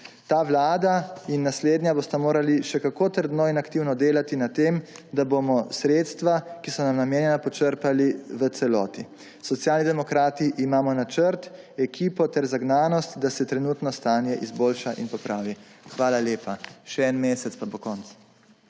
Ta vlada in naslednja bosta morali še kako trdno in aktivno delati na tem, da bomo sredstva, ki so nam namenjena, počrpali v celoti. Socialni demokrati imamo načrt, ekipo ter zagnanost, da se trenutno stanje izboljša in popravi. Hvala lepa. Še en mesec, pa bo konec.